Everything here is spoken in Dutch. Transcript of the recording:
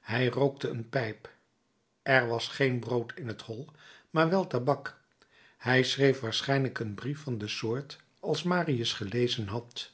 hij rookte een pijp er was geen brood in het hol maar wel tabak hij schreef waarschijnlijk een brief van de soort als marius gelezen had